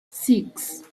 six